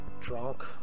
drunk